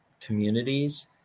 communities